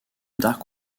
dark